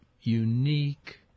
unique